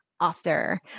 author